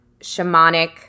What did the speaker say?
shamanic